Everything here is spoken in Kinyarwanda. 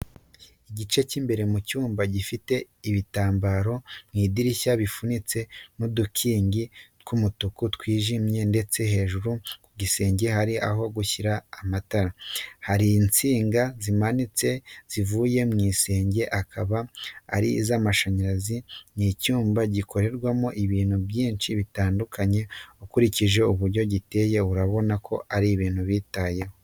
Igice cy’imbere mu cyumba gifite ibitambaro mu idirishya bifunitse n’udukingi tw’umutuku wijimye ndetse hejuru ku gisenge hari aho gushyira amatara. Hari insinga zimanitse zivuye mu gisenge akaba ari iz’amashanyarazi n'icyumba gikorerwamo ibintu byinshi bitandukanye ukurikije uburyo giteguyemo urabona ko ari ibintu bitayeho.